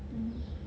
mmhmm